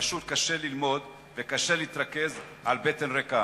פשוט קשה ללמוד וקשה להתרכז על בטן ריקה.